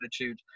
attitude